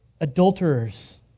adulterers